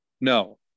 No